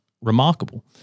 remarkable